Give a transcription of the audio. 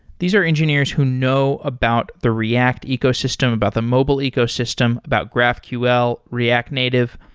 these are engineers who know about the react ecosystem, about the mobile ecosystem, about graphql, react native.